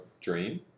dream